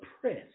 press